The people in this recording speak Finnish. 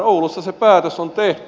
oulussa se päätös on tehty